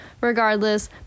regardless